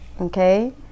Okay